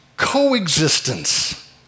coexistence